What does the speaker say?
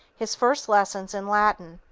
his first lessons in latin.